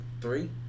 Three